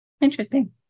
Interesting